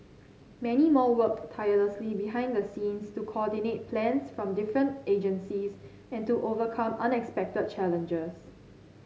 many more worked tirelessly behind the scenes to coordinate plans from different agencies and to overcome unexpected challenges